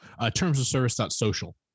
Termsofservice.social